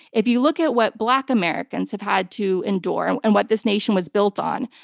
if you look at what black americans have had to endure and and what this nation was built on,